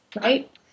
right